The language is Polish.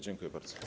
Dziękuję bardzo.